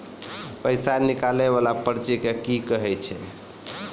पैसा निकाले वाला पर्ची के की कहै छै?